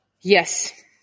Yes